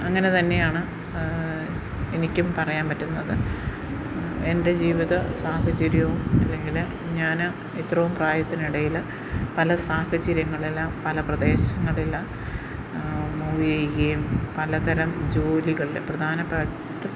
അങ്ങനെ തന്നെയാണ് എനിക്കും പറയാൻ പറ്റുന്നത് എൻ്റെ ജീവിത സാഹചര്യവും ഇല്ലെങ്കിൽ ഞാൻ ഇത്രോം പ്രായത്തിനിടയിൽ പല സാഹചര്യങ്ങളിലും പല പ്രദേശങ്ങളിൽ മൂവ് ചെയ്യുകയും പല തരം ജോലികൾ പ്രധാന